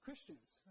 Christians